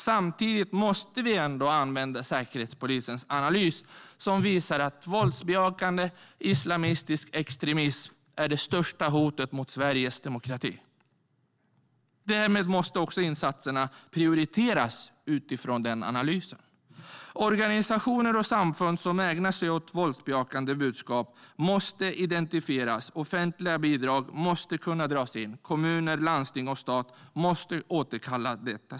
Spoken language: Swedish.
Samtidigt måste vi ändå använda Säkerhetspolisens analys som visar att våldsbejakande islamistisk extremism är det största hotet mot Sveriges demokrati. Insatserna måste prioriteras utifrån den analysen. Organisationer och samfund som ägnar sig åt våldsbejakande budskap måste identifieras, och offentliga bidrag måste kunna dras in. Kommuner, landsting och stat måste återkalla stödet.